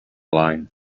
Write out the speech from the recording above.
line